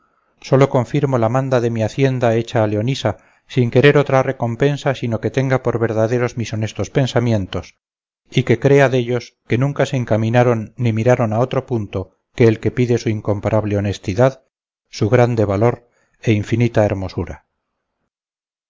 sólo confirmo la manda de mi hacienda hecha a leonisa sin querer otra recompensa sino que tenga por verdaderos mis honestos pensamientos y que crea dellos que nunca se encaminaron ni miraron a otro punto que el que pide su incomparable honestidad su grande valor e infinita hermosura